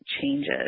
changes